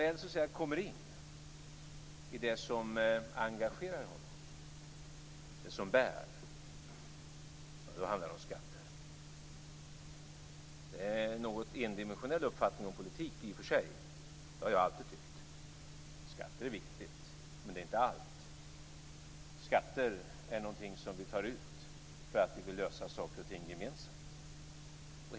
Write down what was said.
När han väl kommer in på det som engagerar honom, det som bär, då är det fråga om skatter. Det är en något endimensionell uppfattning om politik. Det har jag alltid tyckt. Skatter är viktiga, men de är inte allt. Skatter är någonting som vi tar ut för att vi vill lösa saker och ting gemensamt.